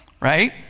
right